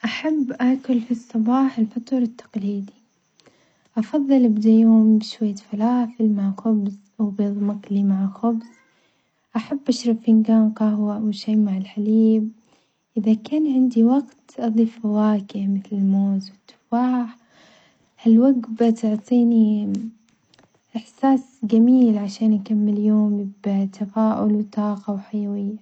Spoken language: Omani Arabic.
أحب آكل في الصباح الفطور التقليدي، أفظل أبدأ يومي بشوية فلافل مع خبز أو بيظ مقلي مع خبز، أحب أشرب فنجان قهوة وشاي مع الحليب، إذا كان عندي وقت أضيف فواكه مثل الموز والتفاح هالوجبة تعطيني إحساس جميل عشان أكمل يومي طاقة وحيوية.